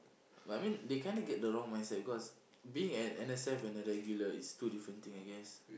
but I mean they kinda get the wrong mindset because being an N_S_F and a regular is two different thing I guess